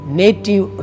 native